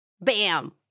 Bam